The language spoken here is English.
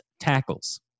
tackles